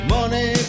Money